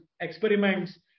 experiments